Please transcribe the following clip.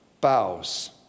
bows